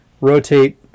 rotate